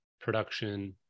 production